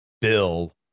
bill